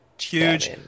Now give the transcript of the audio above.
huge